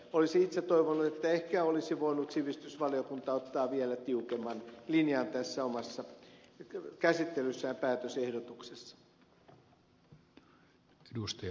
olisin itse toivonut että sivistysvaliokunta olisi voinut ottaa ehkä vielä tiukemman linjan tässä omassa päätösehdotuksen käsittelyssään